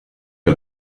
che